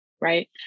Right